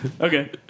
Okay